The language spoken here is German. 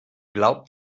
glaubt